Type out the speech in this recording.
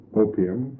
opium